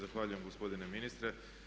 Zahvaljujem gospodine ministre.